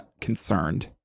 concerned